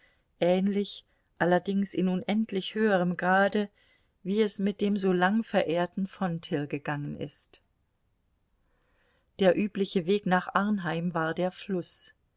ähnlich allerdings in unendlich höherem grade wie es mit dem so lang verehrten fonthill gegangen ist der übliche weg nach arnheim war der fluß